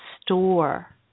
store